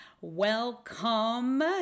Welcome